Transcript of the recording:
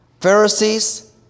Pharisees